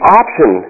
option